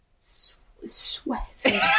Sweating